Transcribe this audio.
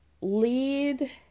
lead